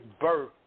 birth